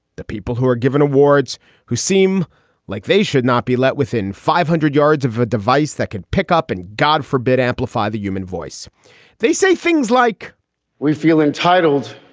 the people who are given awards who seem like they should not be left within five hundred yards of a device that could pick up and, god forbid, amplify the human voice they say things like we feel entitled